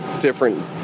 different